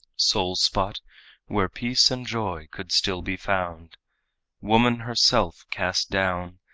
sole spot where peace and joy could still be found woman herself cast down,